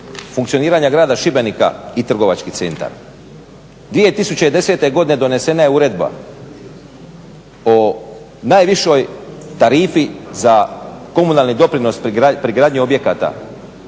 funkcioniranja grada Šibenika i trgovačkih centar. 2010.godine je donesena je uredba o najvišoj tarifi za komunalni doprinos pri gradnji objekata